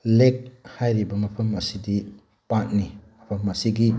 ꯂꯦꯛ ꯍꯥꯏꯔꯤꯕ ꯃꯐꯝ ꯑꯁꯤꯗꯤ ꯄꯥꯠꯅꯤ ꯃꯐꯝ ꯑꯁꯤꯒꯤ